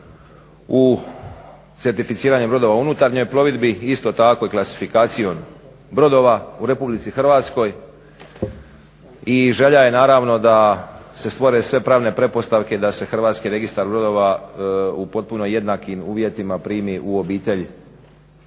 certificiranje brodova u unutarnjoj plovidbi, isto tako i klasifikacijom brodova u Republici Hrvatskoj i želja je naravno da se stvore sve pravne pretpostavke da se Hrvatski registar brodova u potpuno jednakim uvjetima primi u obitelj